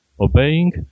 obeying